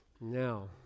now